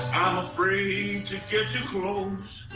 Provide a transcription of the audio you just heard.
i'm afraid to get too close